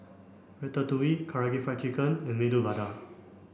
Ratatouille Karaage Fried Chicken and Medu Vada